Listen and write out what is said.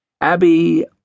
Abbey